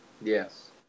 Yes